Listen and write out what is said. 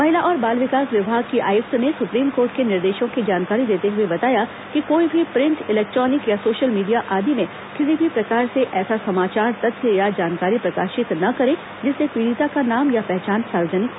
महिला और बाल विकास विभाग की आयुक्त ने सुप्रीम कोर्ट के निर्देशों की जानकारी देते हुए बताया कि कोई भी प्रिंट इलेक्ट्रॉनिक या सोशल मीडिया आदि में किसी भी प्रकार से ऐसा समाचार तथ्य या जानकारी प्रकाशित न करें जिससे पीड़िता का नाम या पहचान सार्वजनिक हो सके